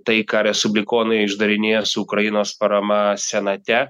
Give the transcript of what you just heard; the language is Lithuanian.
tai ką respublikonai išdarinėja su ukrainos parama senate